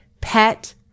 pet